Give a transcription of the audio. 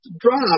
drop